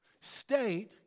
State